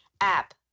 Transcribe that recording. app